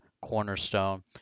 cornerstone